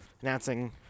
announcing